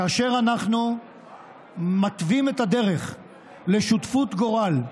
כאשר אנחנו מתווים את הדרך לשותפות גורל,